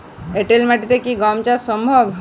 এঁটেল মাটিতে কি গম চাষ সম্ভব?